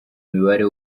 mibare